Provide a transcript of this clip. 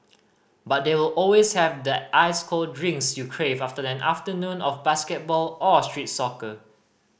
but they will always have that ice cold drinks you crave after an afternoon of basketball or street soccer